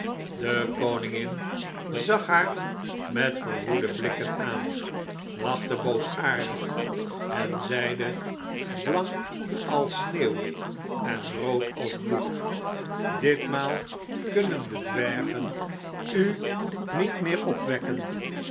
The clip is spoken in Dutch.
de koningin zag haar met verwoede blikken aan lachte boosaardig en zeide blank als sneeuw en rood j j a goeverneur oude sprookjes als bloed ditmaal kunnen de dwergen u niet meer opwekken